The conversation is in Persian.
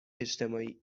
اجتماعی